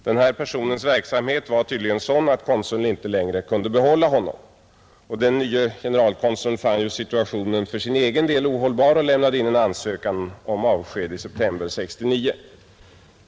Den personens verksamhet var tydligen sådan att konsuln inte längre kunde behålla honom. Den nye generalkonsuln fann situationen för sin egen del ohållbar och lämnade in en ansökan om avsked i september 1969.